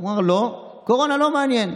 הוא אמר: לא, קורונה לא מעניין.